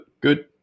good